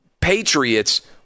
Patriots